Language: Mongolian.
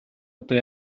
одоо